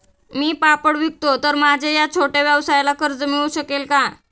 मी पापड विकतो तर माझ्या या छोट्या व्यवसायाला कर्ज मिळू शकेल का?